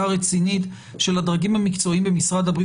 רצינית של הדרגים המקצועיים במשרד הבריאות,